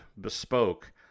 bespoke